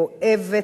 כואבת,